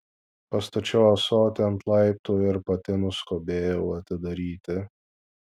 pastačiau ąsotį ant laiptų ir pati nuskubėjau atidaryti